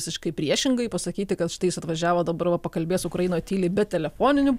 visiškai priešingai pasakyti kad štai jis atvažiavo dabar va pakalbės ukrainoj tyliai be telefoninių